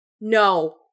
no